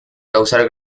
causar